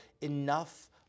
enough